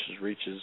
reaches